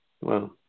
Wow